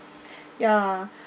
ya